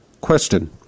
Question